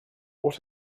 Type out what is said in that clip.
what